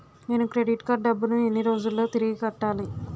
నేను credit card డబ్బును ఎన్ని రోజుల్లో తిరిగి కట్టాలి?